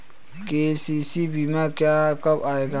KCC बीमा कब आएगा?